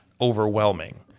overwhelming